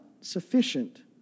sufficient